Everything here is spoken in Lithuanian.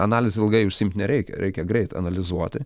analize ilgai užsiimt nereikia reikia greit analizuoti